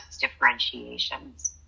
differentiations